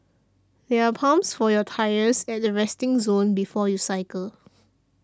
there are pumps for your tyres at the resting zone before you cycle